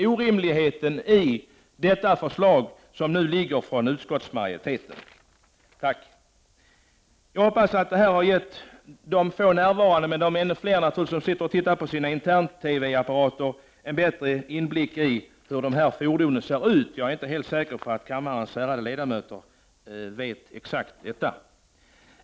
Jag har med detta velat visa på det orimliga i det förslag som utskottsmajoriteten stödjer. Jag hoppas att de få närvarande här i kammaren och de — naturligtvis är de fler — som sitter och tittar på sin intern-TV härmed får en bättre inblick i hur dessa fordon ser ut. Jag är inte säker på att kammarens ledamöter exakt vet hur de ser ut.